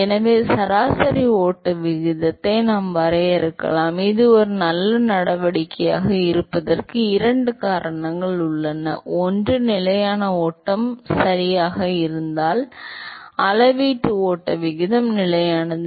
எனவே சராசரி ஓட்ட விகிதத்தை நாம் வரையறுக்கலாம் இது ஒரு நல்ல நடவடிக்கையாக இருப்பதற்கு இரண்டு காரணங்கள் உள்ளன ஒன்று நிலையான ஓட்டம் சரியாக இருந்தால் அளவீட்டு ஓட்ட விகிதம் நிலையானது